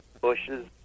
bushes